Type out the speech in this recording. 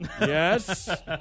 Yes